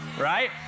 right